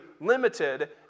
limited